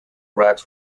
racks